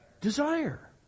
desire